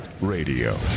Radio